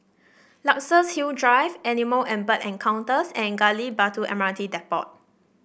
Luxus Hill Drive Animal and Bird Encounters and Gali Batu M R T Depot